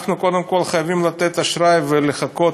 קודם כול אנחנו חייבים לתת אשראי ולחכות